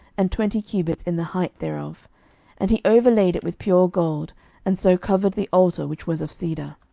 and twenty cubits in the height thereof and he overlaid it with pure gold and so covered the altar which was of cedar.